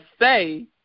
say